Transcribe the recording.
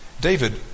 David